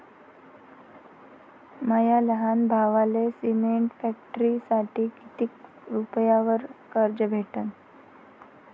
माया लहान भावाले सिमेंट फॅक्टरीसाठी कितीक रुपयावरी कर्ज भेटनं?